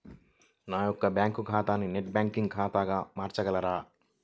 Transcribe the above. నా యొక్క బ్యాంకు ఖాతాని నెట్ బ్యాంకింగ్ ఖాతాగా మార్చగలరా?